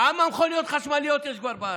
כמה מכוניות חשמליות יש כבר בארץ?